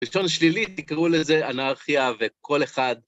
ראשון שלילית, תקראו לזה אנרכיה, וכל אחד...